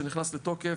שנכנס לתוקף,